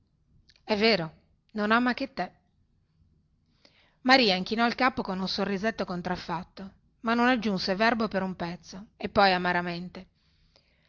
è vero non ama che te maria inchinò il capo con un sorrisetto contraffatto ma non aggiunse verbo per un pezzo e poi amaramente